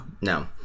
No